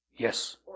Yes